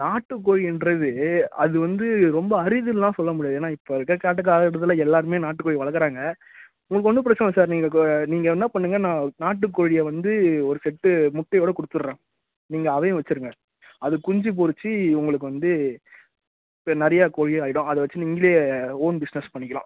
நாட்டுக் கோழிங்றது அது வந்து ரொம்ப அரிதுனெலாம் சொல்ல முடியாது ஏன்னால் இப்போ இருக்கற காட்டு காலக் கட்டத்தில் எல்லாேருமே நாட்டுக் கோழி வளர்க்கறாங்க உங்களுக்கு ஒன்றும் பிரச்சின இல்லை சார் நீங்கள் கோ நீங்கள் என்ன பண்ணுங்கள் நான் நாட்டுக் கோழியை வந்து ஒரு செட்டு முட்டையோடு கொடுத்துட்றேன் நீங்கள் அதையும் வைச்சுருங்க அது குஞ்சு பொறித்து உங்களுக்கு வந்து நிறையா கோழியாக ஆகிடும் அதை வைச்சு நீங்களே ஓன் பிஸ்னஸ் பண்ணிக்கலாம்